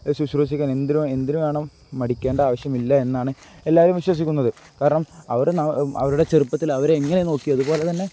ശുശ്രൂഷിക്കാൻ എന്തിനും എന്തിനും വേണം മടിക്കേണ്ട ആവശ്യമില്ല എന്നാണ് എല്ലാവരും വിശ്വസിക്കുന്നത് കാരണം അവർ അവരുടെ ചെറുപ്പത്തിൽ അവരെ എങ്ങനെ നോക്കി അതുപോലെ തന്നെ